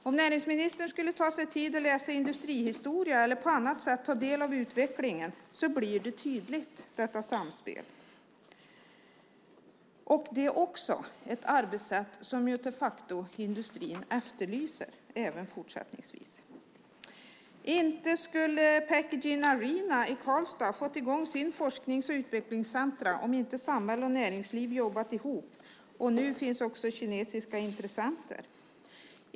Om näringsministern skulle ta sig tid att läsa industrihistoria eller på annat sätt ta del av utvecklingen blir detta samspel tydligt. Det är också ett arbetssätt som industrin de facto efterlyser även fortsättningsvis. Inte skulle Packaging Arena i Karlstad ha fått i gång sitt forsknings och utvecklingscentrum om inte samhälle och näringsliv jobbat ihop. Nu finns också kinesiska intressenter.